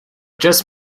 just